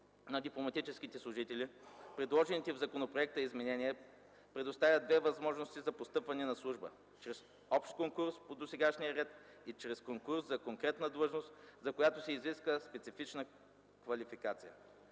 на дипломатическите служители, предложените в законопроекта изменения предоставят две възможности за постъпване на служба: чрез общ конкурс по досегашния ред и чрез конкурс за конкретна длъжност, за която се изисква специфична квалификация.